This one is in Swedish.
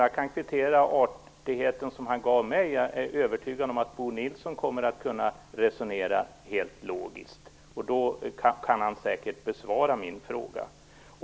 Jag kan kvittera den artighet som Bo Nilsson visade mig. Jag är övertygad om att Bo Nilsson kommer att kunna resonera helt logiskt, och då kan han säkert besvara min fråga.